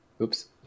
Oops